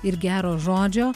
ir gero žodžio